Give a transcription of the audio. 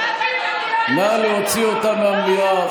תתביישו לכם, נא להוציא אותם מהמליאה.